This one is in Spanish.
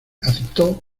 aceptó